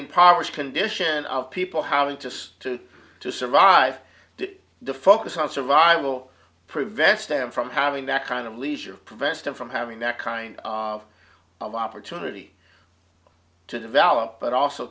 impoverished condition of people how interest to you to survive the focus on survival prevents them from having that kind of leisure prevents them from having that kind of of opportunity to develop but also